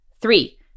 Three